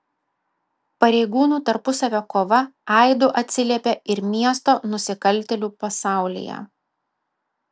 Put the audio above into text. pareigūnų tarpusavio kova aidu atsiliepė ir miesto nusikaltėlių pasaulyje